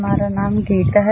हमारा नाम गीता है